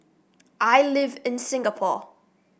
I live in Singapore